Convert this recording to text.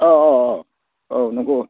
अ अ अ औ नंगौ